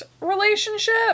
relationship